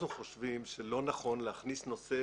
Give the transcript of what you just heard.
אנחנו חושבים שלא נכון להכניס את הנושא,